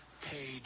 paid